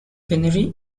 winery